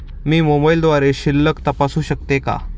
मी मोबाइलद्वारे शिल्लक तपासू शकते का?